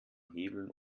hebeln